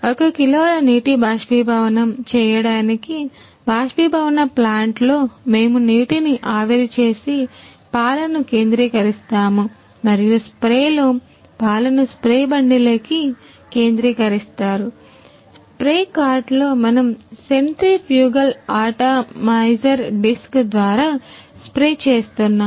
1 కిలోల నీటి బాష్పీభవనం చేయటానికి బాష్పీభవన plant లో మేము నీటిని ఆవిరి చేసి పాలను కేంద్రీకరిస్తాము మరియు స్ప్రేలో పాలను స్ప్రే బండిలోకి కేంద్రీకరిస్తారు స్ప్రే కార్ట్లో మనం సెంట్రిఫ్యూగల్ అటామైజర్ డిస్క్ ద్వారా స్ప్రే స్ప్రే చేస్తున్నాం